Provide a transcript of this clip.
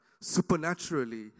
supernaturally